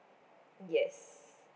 yes